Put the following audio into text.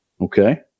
Okay